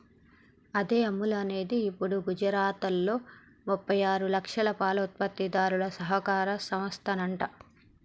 అదే అముల్ అనేది గిప్పుడు గుజరాత్లో ముప్పై ఆరు లక్షల పాల ఉత్పత్తిదారుల సహకార సంస్థనంట